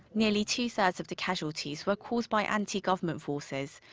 nearly two-thirds of the casualties were caused by anti-government forces,